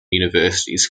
universities